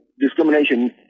discrimination